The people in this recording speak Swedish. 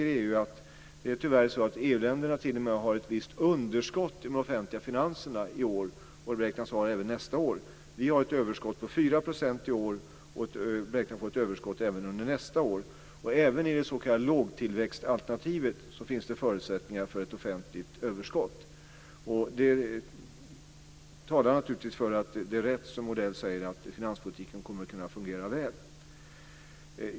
Då såg jag att det tyvärr är så att EU-länderna t.o.m. har ett visst underskott i de offentliga finanserna i år. Det beräknas vara så även nästa år. Vi har ett överskott på 4 % i år, och räknar med att få ett överskott även under nästa år. Även i det s.k. lågtillväxtalternativet finns det förutsättningar för ett offentligt överskott. Det talar naturligtvis för att det är rätt som Odell säger att finanspolitiken kommer att kunna fungera väl.